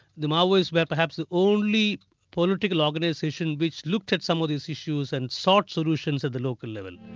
the maoists there perhaps the only political organisation which looked at some of these issues and sought solutions at the local level.